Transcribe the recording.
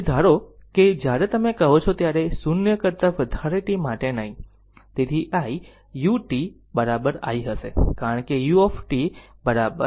તેથી ધારો કે જ્યારે તમે કહો છો ત્યારે 0 કરતા વધારે t માટે નહીં તેથી iu t I હશે કારણ કે u 1